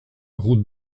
route